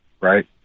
right